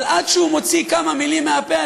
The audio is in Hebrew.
אבל עד שהוא מוציא כמה מילים מהפה,